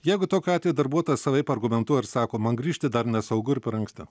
jeigu tokiu atveju darbuotojas savaip argumentuoja ar sako man grįžti dar nesaugu ir per anksti